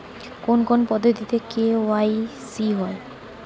কোন কোন পদ্ধতিতে কে.ওয়াই.সি হয়?